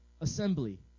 assembly